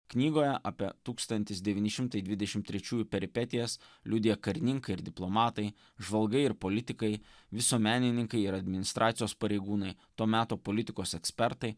knygoje apie tūkstantis devyni šimtai dvidešim trečiųjų peripetijas liudija karininkai ir diplomatai žvalgai ir politikai visuomenininkai ir administracijos pareigūnai to meto politikos ekspertai